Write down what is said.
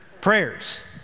prayers